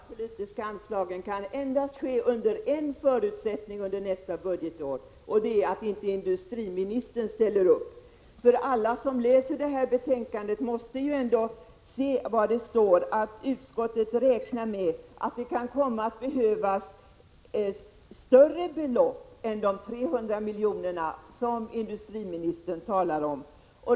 Fru talman! En minskning av de regionalpolitiska anslagen under nästa budgetår kan endast ske under en förutsättning, nämligen att industriministern inte ställer upp. Alla som läser betänkandet kan konstatera att det står att utskottet räknar med att det kan komma att behövas större belopp än de 300 milj.kr. som industriministern talar om.